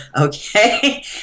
Okay